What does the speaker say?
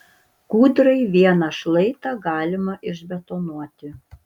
kūdrai vieną šlaitą galima išbetonuoti